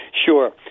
Sure